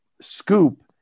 scoop